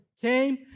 came